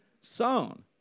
sown